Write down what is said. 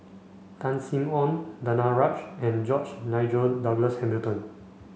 Tan Sin Aun Danaraj and George Nigel Douglas Hamilton